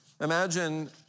imagine